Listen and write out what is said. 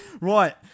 Right